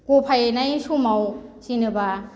गफायनाय समाव जेनेबा